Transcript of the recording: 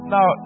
Now